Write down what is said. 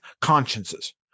consciences